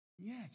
yes